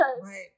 Right